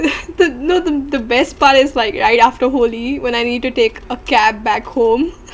the no the the best part is like right after holy when I need to take a cab back home